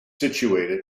situated